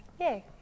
Yay